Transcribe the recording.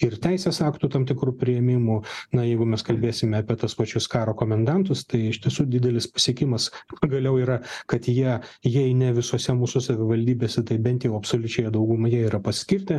ir teisės aktų tam tikrų priėmimo na jeigu mes kalbėsime apie tuos pačius karo komendantus tai iš tiesų didelis pasiekimas pagaliau yra kad jie jei ne visose mūsų savivaldybėse tai bent jau absoliučioje daugumoje yra paskirti